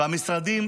והמשרדים,